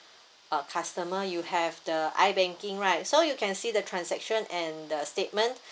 uh customer you have the i banking right so you can see the transaction and the statement